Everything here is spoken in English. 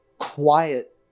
quiet